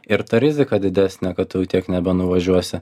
ir ta rizika didesnė kad tu jau tiek nebenuvažiuosi